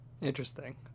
Interesting